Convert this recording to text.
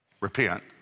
repent